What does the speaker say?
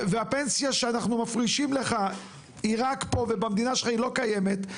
והפנסיה שאנחנו מפרישים לך היא רק פה ובמדינה שלך היא לא קיימת.